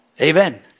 Amen